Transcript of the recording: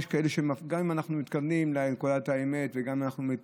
גם אם אנחנו מתקדמים לנקודת האמת וגם אם אנחנו